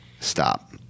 Stop